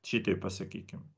šitaip pasakykim